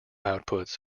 outputs